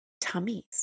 tummies